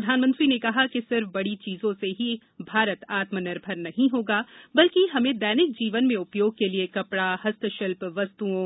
प्रधानमंत्री ने कहा कि सिर्फ बड़ी चीजों से ही भारत आत्म निर्भर नहीं होगा बल्कि हमें दैनिक जीवन में उपयोग के लिए कपड़ा हस्तशिल्प वस्तुओं